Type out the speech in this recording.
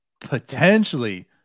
potentially